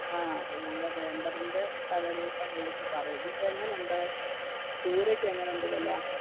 ആ അപ്പം ഞങ്ങള് വേണ്ടതിന്റെ തലേദിവസം വിളിച്ച് പറയും ഇതിപ്പം എങ്ങനെ ഉണ്ട് ചൂരക്ക് എങ്ങനെ ഉണ്ട് വില